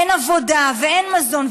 אין עבודה ואין מזון,